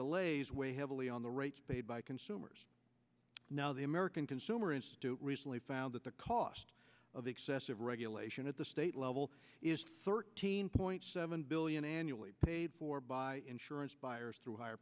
delays weigh heavily on the rates paid by consumers now the american consumer is recently found that the cost of excessive regulation at the state level is thirteen point seven billion annually paid for by insurance buyers through higher